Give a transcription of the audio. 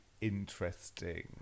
interesting